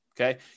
okay